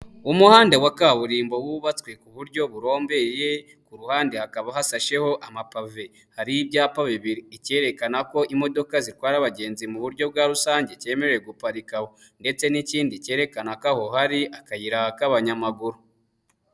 Umuhanda wa kaburimbo wubatswe ku buryo burombeye, ku ruhande hakaba hasasheho amapave. Hari ibyapa bibiri, ikerekana ko imodoka zitwara abagenzi mu buryo bwa rusange cyemerewe guparikawa, ndetse n'ikindi cyerekana ko aho hari akayirak'abanyamaguru.